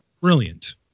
brilliant